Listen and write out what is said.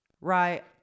right